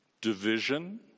division